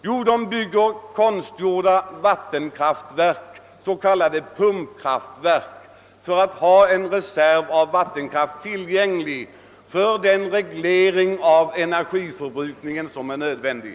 Jo, de bygger »konstgjorda» vattenkraftverk, s.k. pumpkraftverk, för att ha en reservy av vattenkraft tillgänglig för den reglering av energiförbrukningen som är nödvändig.